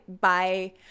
Bye